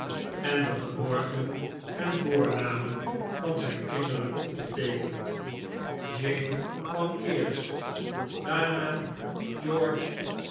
en de geboorten en voornamen van zijn kinderen opgeteekend jane kwam eerst daarna